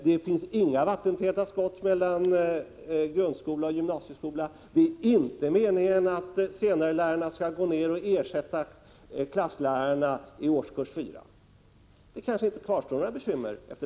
Det finns inga vattentäta skott mellan grundskola och gymnasieskola och det är inte meningen att senarelärarna skall gå ned och ersätta klasslärarna i årskurs 4. Efter detta kanske det inte kvarstår några bekymmer.